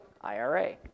IRA